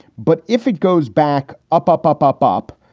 but if it goes back, up, up, up, up, up.